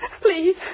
please